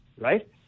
Right